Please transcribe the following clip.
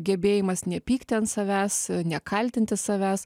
gebėjimas nepykti ant savęs nekaltinti savęs